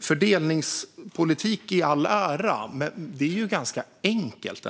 Fördelningspolitik i all ära, men det är ändå ganska enkelt.